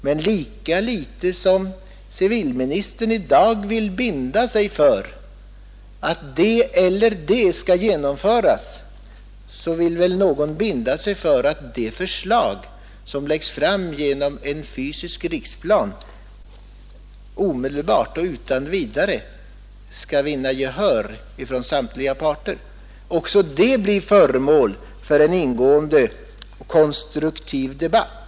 Men lika litet som civilministern i dag vill binda sig för att det eller det skall genomföras, lika litet vill väl någon binda sig för att de förslag som läggs fram genom en fysisk riksplan omedelbart och utan vidare skall vinna gehör från samtliga parter. Också det får bli föremål för en ingående och konstruktiv debatt.